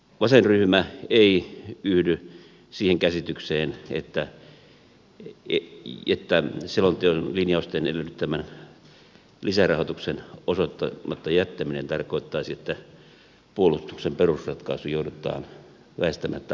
vasenryhmä ei yhdy siihen käsitykseen että selonteon linjausten edellyttämän lisärahoituksen osoittamatta jättäminen tarkoittaisi että puolustuksen perusratkaisu joudutaan väistämättä arvioimaan uudelleen